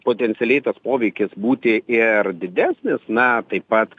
potencialiai tas poveikis būti ir didesnis na taip pat